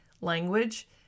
language